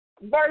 verse